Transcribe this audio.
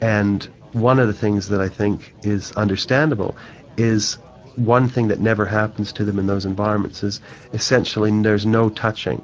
and one of the things that i think is understandable is one thing that never happens to them in those environments is essentially there's no touching